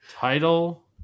Title